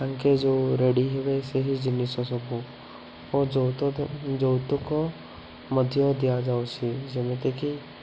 ତାଙ୍କେ ଯେଉଁ ରେଡ଼ି ହେବେ ସେହି ଜିନିଷ ସବୁ ଆଉ ଯୌତ ଯୌତୁକ ମଧ୍ୟ ଦିଆଯାଉଛି ଯେମିତିକି